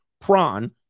prawn